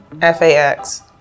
FAX